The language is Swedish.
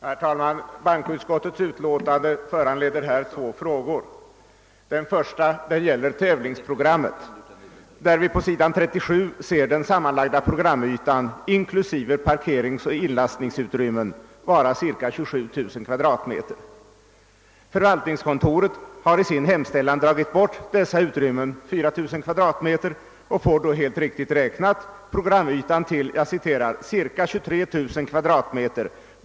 Herr talman! Bankoutskottets förevarande utlåtande föranleder två frågor. Den första gäller tävlingsprogrammet. På s. 37 i utlåtandet anges den totala programytan inklusive parkeringsoch inlastningsutrymmen = till endast ca 27 000 m2. Förvaltningskontoret har i sin hemställan från denna yta dragit bort 4 000 m? och kommer helt riktigt fram till att programytan utgör ca 23 000 m?